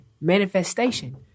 Manifestation